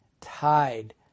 tide